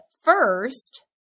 first